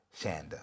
Shanda